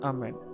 Amen